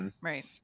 right